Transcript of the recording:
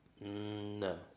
No